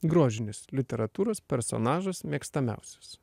grožinės literatūros personažas mėgstamiausias